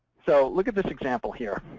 so look at this example here.